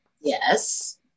Yes